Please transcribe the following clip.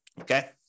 Okay